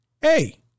hey